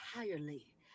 entirely